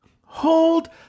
Hold